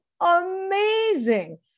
amazing